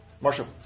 Marshall